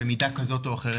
במידה כזאת או אחרת,